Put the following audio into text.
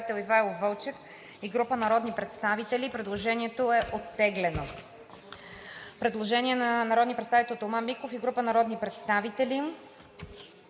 Предложението е оттеглено.